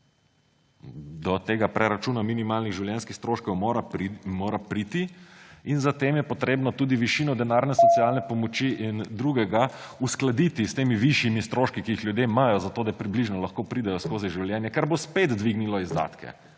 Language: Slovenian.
Do tega preračuna minimalnih življenjskih stroškov mora priti in zatem je potrebno tudi višino denarne socialne pomoči in drugega uskladiti s temi višjimi stroški, ki jih ljudje imajo, zato da približno lahko pridejo skozi življenje, kar bo spet dvignilo izdatke.